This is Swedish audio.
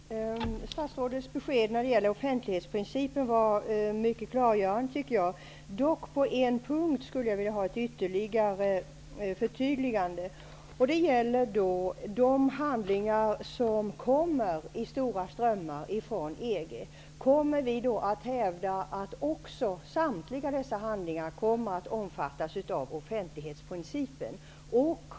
Herr talman! Statsrådets besked när det gäller offentlighetsprincipen var mycket klargörande. Jag skulle dock på en punkt vilja ha ett ytterligare förtydligande. Det gäller de handlingar som kommer i stora strömmar från EG. Kommer vi att hävda att också samtliga dessa handlingar skall omfattas av offentlighetsprincipen?